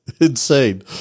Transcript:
Insane